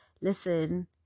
listen